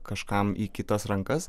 kažkam į kitas rankas